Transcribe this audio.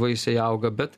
vaisiai auga bet